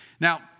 Now